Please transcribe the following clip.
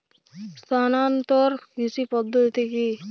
স্থানান্তর কৃষি পদ্ধতি কি?